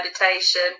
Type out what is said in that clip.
meditation